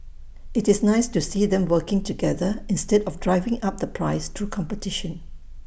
IT is nice to see them working together instead of driving up the price through competition